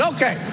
Okay